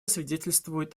свидетельствует